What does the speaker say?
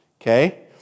okay